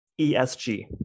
ESG